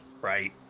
right